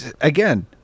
again